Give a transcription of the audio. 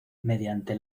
mediante